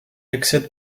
accède